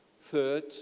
Third